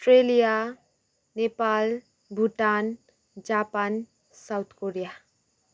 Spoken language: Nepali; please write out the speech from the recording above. Australia Nepal Bhutan Japan South Korea